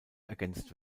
ergänzt